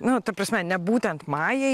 nu ta prasme ne būtent majai